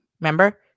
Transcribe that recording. Remember